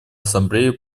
ассамблею